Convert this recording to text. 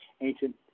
ancient